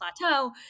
plateau